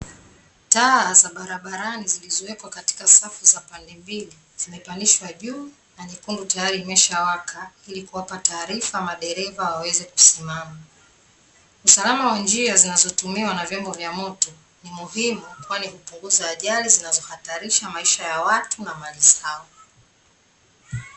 Taa za barabarani zilizowekwa katika safu za pande mbili, zimepandishwa juu na nyekundu tayari ameshawaka ili kuwapa taarifa madereva waweze kusimama. Usalama wa njia zinazotumiwa na vyombo vya moto ni muhimu kwani hupunguza ajali zinazohatarisha maisha ya watu na mali zao.